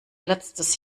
letztes